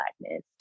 blackness